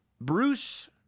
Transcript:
Bruce